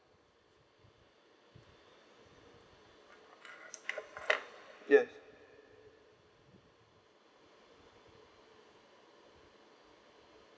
yes